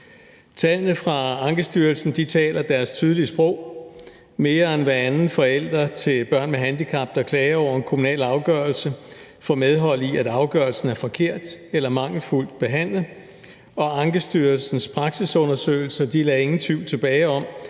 Tallene fra Ankestyrelsen taler deres tydelige sprog. Mere end hver anden forælder til børn med handicap, der klager over en kommunal afgørelse, får medhold i, at afgørelsen er forkert, eller at sagen er mangelfuldt behandlet, og Ankestyrelsens praksisundersøgelse lader ingen tvivl tilbage om,